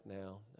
now